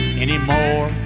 Anymore